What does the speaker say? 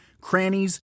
crannies